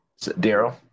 daryl